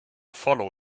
follow